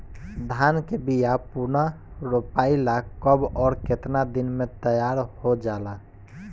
धान के बिया पुनः रोपाई ला कब और केतना दिन में तैयार होजाला?